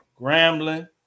Grambling